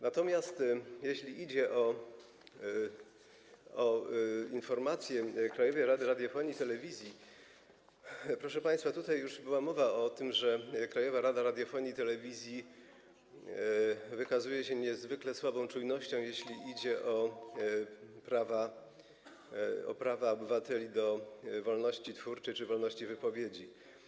Natomiast jeśli idzie o informację Krajowej Rady Radiofonii i Telewizji, proszę państwa, tutaj już była mowa o tym, że Krajowa Rada Radiofonii i Telewizji wykazuje się niezwykle słabą czujnością, jeśli idzie o prawa obywateli do wolności twórczej czy wolności wypowiedzi.